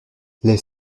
les